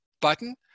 button